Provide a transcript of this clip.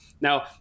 Now